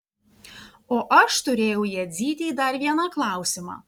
o aš turėjau jadzytei dar vieną klausimą